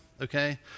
okay